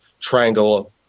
triangle